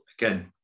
again